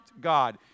God